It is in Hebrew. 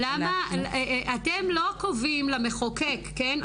אתם לא קובעים למחוקק, כן?